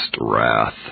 wrath